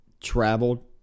traveled